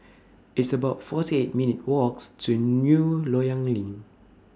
It's about forty eight minutes' Walks to New Loyang LINK